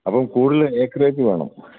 അപ്പം കൂടുതൽ ഏക്കറായിട്ട് വേണം